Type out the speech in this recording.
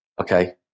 Okay